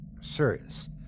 serious